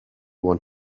want